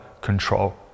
control